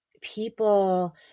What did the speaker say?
people